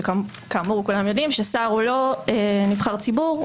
כשכאמור כולם יודעים ששר הוא לא נבחר ציבור,